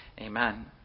Amen